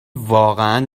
واقعا